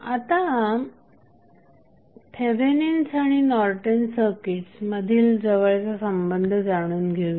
आता थेवेनिन्स आणि Norton's circuits मधील जवळचा संबंध जाणून घेऊया